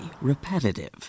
repetitive